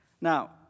Now